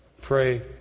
pray